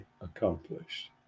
accomplished